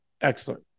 Excellent